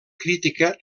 crítica